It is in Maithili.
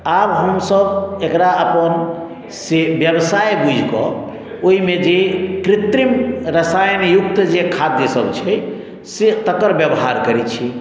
आब हमसभ एकरा अपन से व्यवसाय बुझि कऽ ओहिमे जे कृत्रिम रसायनयुक्त जे खाद्यसभ छै से तकर व्यवहार करैत छी